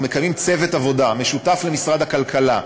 אנחנו כבר מקיימים צוות עבודה משותף למשרד הכלכלה,